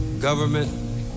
government